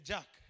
Jack